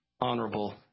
honorable